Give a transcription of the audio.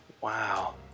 Wow